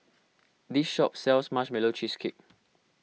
this shop sells Marshmallow Cheesecake